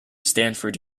stanford